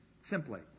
simply